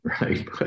right